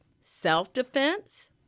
Self-defense